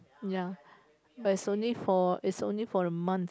ya but it's only for it's only for a month